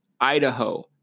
Idaho